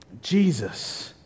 Jesus